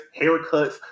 haircuts